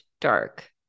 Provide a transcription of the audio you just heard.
dark